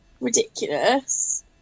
Ridiculous